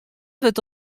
wurdt